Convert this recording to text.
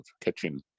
catching